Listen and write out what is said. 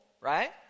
right